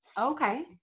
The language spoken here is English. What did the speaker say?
Okay